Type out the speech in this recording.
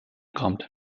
kommt